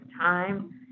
time